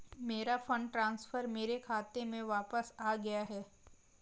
मेरा fund transfer मेरे खाते में वापस आ गया है